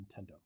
Nintendo